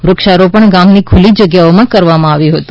વૃક્ષારોપણ ગામોની ખુલ્લી જગ્યાઓમાં કરવામાં આવ્યું હતું